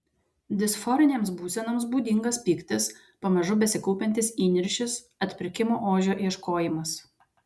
disforinėms būsenoms būdingas pyktis pamažu besikaupiantis įniršis atpirkimo ožio ieškojimas